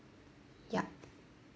yup